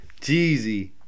Jeezy